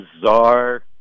bizarre